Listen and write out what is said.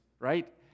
Right